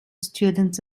students